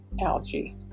algae